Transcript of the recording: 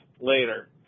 Later